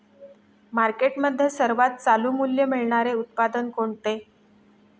मार्केटमध्ये सर्वात चालू मूल्य मिळणारे उत्पादन कोणते?